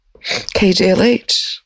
KJLH